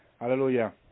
Hallelujah